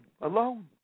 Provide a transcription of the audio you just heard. alone